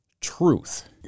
truth